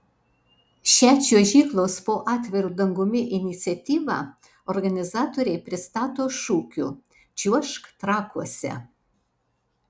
šią čiuožyklos po atviru dangumi iniciatyvą organizatoriai pristato šūkiu čiuožk trakuose